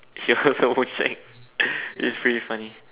she would also won't check it's pretty funny